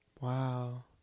wow